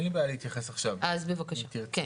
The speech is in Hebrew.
כן.